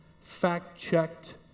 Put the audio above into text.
fact-checked